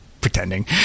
pretending